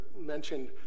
mentioned